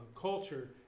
culture